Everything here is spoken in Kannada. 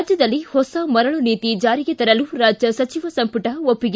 ರಾಜ್ಯದಲ್ಲಿ ಹೊಸ ಮರಳು ನೀತಿ ಜಾರಿಗೆ ತರಲು ರಾಜ್ಯ ಸಚಿವ ಸಂಪುಟ ಒಪ್ಪಿಗೆ